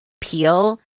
peel